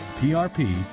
PRP